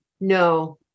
no